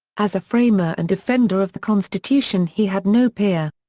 as a framer and defender of the constitution he had no peer.